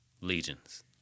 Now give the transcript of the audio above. Legions